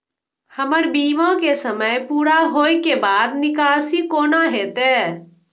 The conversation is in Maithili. हमर बीमा के समय पुरा होय के बाद निकासी कोना हेतै?